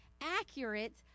accurate